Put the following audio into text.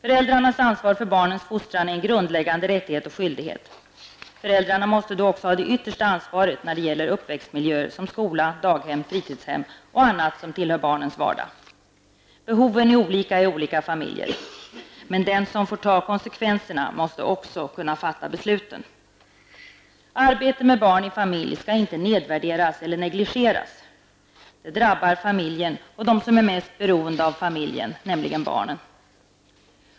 Föräldrarnas ansvar för barnens fostran är en grundläggande rättighet och skyldighet. Föräldrarna måste då också ha det yttersta ansvaret när det gäller uppväxtmiljöer som skola, daghem, fritidshem och annat som tillhör barnens vardag. Behoven är olika i olika familjer. Men den som får ta konsekvenserna, måste också kunna fatta besluten. Arbete med barn i familj skall inte nedvärderas eller negligeras. Det drabbar familjen och dem som är mest beroende av familjen, nämligen barnen.